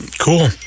Cool